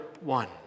one